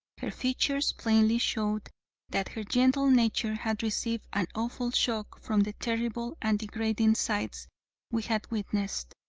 her features plainly showed that her gentle nature had received an awful shock from the terrible and degrading sights we had witnessed.